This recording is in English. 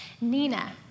Nina